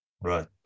Right